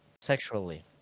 sexually